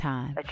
Time